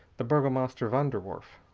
the burgomaster van der werf.